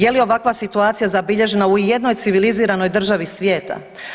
Je li ovakva situacija zabilježena i u jednoj civiliziranoj državi svijeta?